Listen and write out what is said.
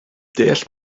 deall